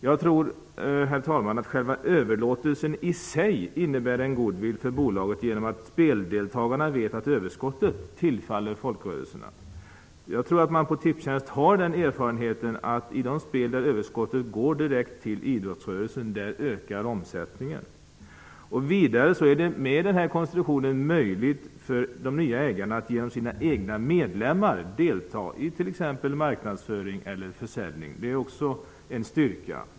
Jag tror att själva överlåtelsen i sig innebär goodwill för bolaget genom att speldeltagarna vet att överskottet tillfaller folkrörelserna. Jag tror att man på Tipstjänst har erfarenheten att omsättningen ökar för spel, där överskottet går direkt till idrottsrörelsen. Med den här konstruktionen blir det möjligt för de nya ägarna att genom sina egna medlemmar delta i t.ex. marknadsföring eller försäljning, vilket också är en styrka.